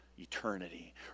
eternity